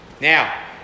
Now